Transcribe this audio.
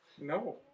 No